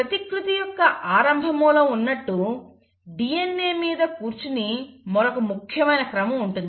ప్రతికృతి యొక్క ఆరంభ మూలం ఉన్నట్టు DNA మీద కూర్చుని మరొక ముఖ్యమైన క్రమం ఉంటుంది